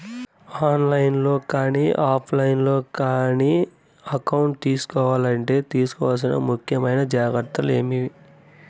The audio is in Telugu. ఆన్ లైను లో కానీ ఆఫ్ లైను లో కానీ అకౌంట్ సేసుకోవాలంటే తీసుకోవాల్సిన ముఖ్యమైన జాగ్రత్తలు ఏమేమి?